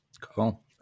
Cool